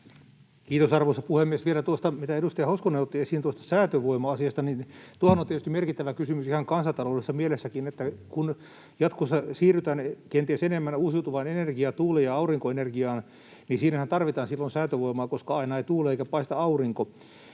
Kiitos, arvoisa puhemies! Vielä tuosta säätövoima-asiasta, minkä edustaja Hoskonen otti esiin. Tuohan on tietysti merkittävä kysymys ihan kansantaloudellisessa mielessäkin, että kun jatkossa siirrytään kenties enemmän uusiutuvaan energiaan, tuuli- ja aurinkoenergiaan, niin siinähän tarvitaan silloin säätövoimaa, koska aina ei tuule eikä paista aurinko.